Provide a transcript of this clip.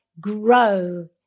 grow